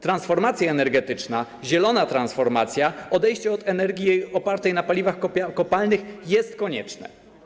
Transformacja energetyczna, zielona transformacja, odejście od energii opartej na paliwach kopalnych jest konieczne.